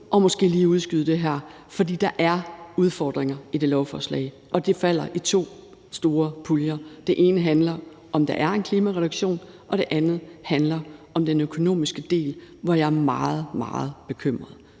og måske lige udskyde det her. For der er udfordringer i det lovforslag, og det falder i to store puljer. Det ene handler om, om der er en klimareduktion, og det andet handler om den økonomiske del, hvor jeg er meget, meget bekymret.